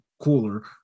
cooler